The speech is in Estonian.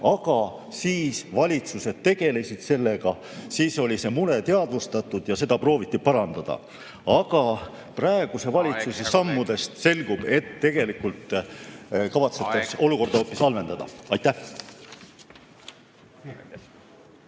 aga siis valitsused tegelesid sellega, siis oli see mure teadvustatud ja seda prooviti parandada. Aga praeguse valitsuse sammudest selgub … Aeg, hea kolleeg! … et tegelikult kavatsetakse olukorda hoopis halvendada. Aitäh!